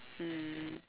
mm